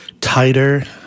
tighter